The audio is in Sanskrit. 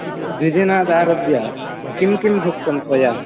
द्विदिनादारभ्य किं किं भुक्तं त्वया